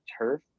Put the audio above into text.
turf